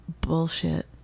Bullshit